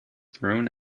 thrown